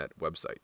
website